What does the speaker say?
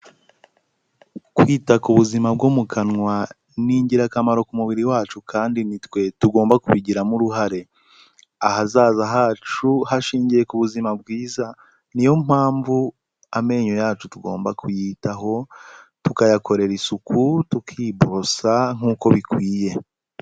Kwita ku buzima bwo mu kanwa ni ingirakamaro ku mubiri wacu kandi ni twe tugomba kubigiramo uruhare, ahazaza hacu hashingiye ku buzima bwiza, niyo mpamvu amenyo yacu tugomba kuyitaho tukayakorera isuku tukiborosa nk'uko bikwiye.